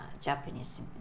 Japanese